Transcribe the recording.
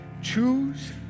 Choose